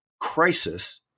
Crisis